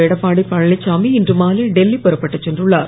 எடப்பாடி பழனிசாமி இன்று மாலை டெல்லி புறப்பட்டுச் சென்றுள்ளார்